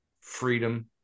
Freedom